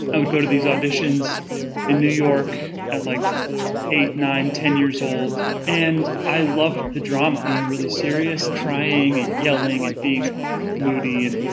i would go to these auditions in new york, at like eight, nine, ten years old. and i loved the drama. being really serious, crying and yelling and being moody, and.